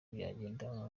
byagenda